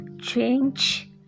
change